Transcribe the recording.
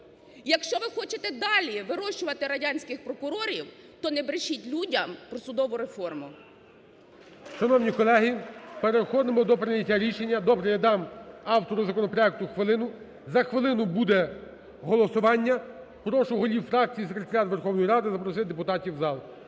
Якщо ви хочете далі вирощувати радянських прокурорів, то не брешіть людям про судову реформи. ГОЛОВУЮЧИЙ. Шановні колеги, переходимо до прийняття рішення. Добре, я дам автору законопроекту хвилину. За хвилину буде голосування. Прошу голів фракцій Секретаріат Верховної Ради запросити депутатів в зал.